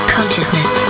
Consciousness